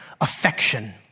affection